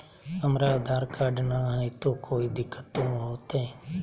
हमरा आधार कार्ड न हय, तो कोइ दिकतो हो तय?